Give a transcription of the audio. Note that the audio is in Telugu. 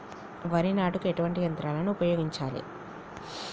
వరి నాటుకు ఎటువంటి యంత్రాలను ఉపయోగించాలే?